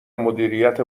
مدیریت